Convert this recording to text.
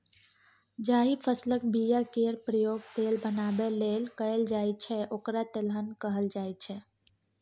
जाहि फसलक बीया केर प्रयोग तेल बनाबै लेल कएल जाइ छै ओकरा तेलहन कहल जाइ छै